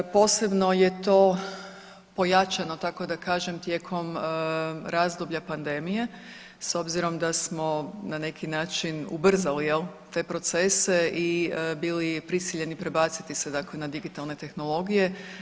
Posebno je to pojačano tako da kažem tijekom razdoblja pandemije s obzirom da smo na neki način ubrzali jel te procese i bili prisiljeni prebaciti se dakle na digitalne tehnologije.